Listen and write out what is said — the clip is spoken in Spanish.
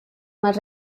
más